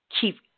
keep